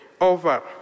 over